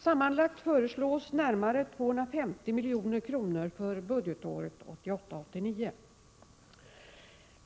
Sammanlagt föreslås närmare 250 milj.kr. för budgetåret 1988/89.